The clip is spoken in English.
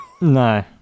No